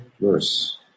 verse